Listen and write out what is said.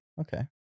okay